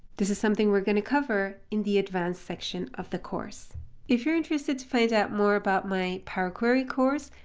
this is something we're going to cover in the advanced section of the course. if you're interested to find out more my power query course,